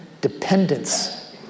dependence